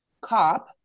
cop